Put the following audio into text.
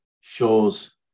shows